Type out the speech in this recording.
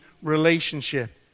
Relationship